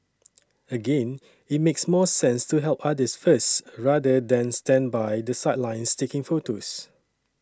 again it makes more sense to help others first rather than stand by the sidelines taking photos